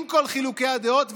עם כל חילוקי הדעות,